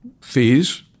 fees